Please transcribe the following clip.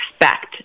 expect